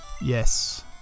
Yes